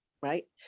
right